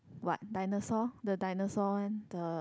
what dinosaur the dinosaur one the